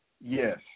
Yes